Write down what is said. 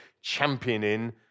championing